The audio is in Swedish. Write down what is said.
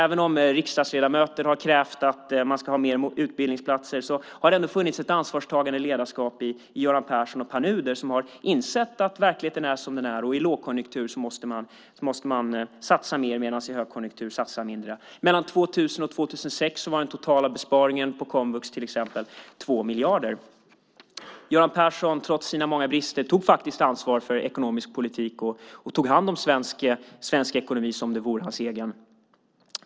Även om riksdagsledamöter har krävt att man ska ha mer utbildningsplatser har det funnits ett ansvarstagande ledarskap i Göran Persson och Pär Nuder som har insett att verkligheten är som den är. I lågkonjunktur måste man satsa mer, medan man i högkonjunktur satsar mindre. Mellan 2000 och 2006 var den totala besparingen på komvux 2 miljarder. Göran Persson tog trots sina många brister ansvaret för den ekonomiska politiken. Han tog hand om svensk ekonomi som om det vore hans egen.